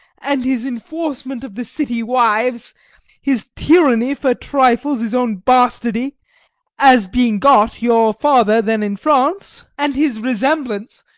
and his enforcement of the city wives his tyranny for trifles his own bastardy as being got, your father then in france, and his resemblance,